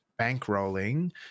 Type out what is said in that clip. bankrolling